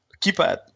keypad